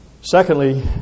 Secondly